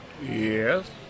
yes